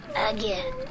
Again